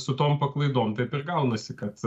su tom paklaidom taip ir gaunasi kad